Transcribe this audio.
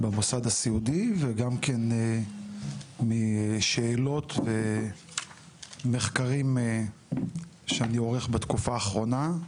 במוסד הסיעודי וגם כן משאלות ומחקרים שאני עורך בתקופה האחרונה,